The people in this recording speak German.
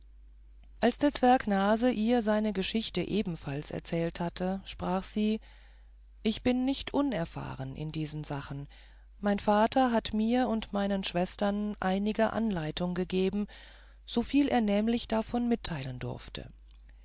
als der zwerg nase ihr seine geschichte ebenfalls erzählt hatte sprach sie ich bin nicht unerfahren in diesen sachen mein vater hat mir und meinen schwestern einige anleitung gegeben soviel er nämlich davon mitteilen durfte